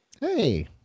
Hey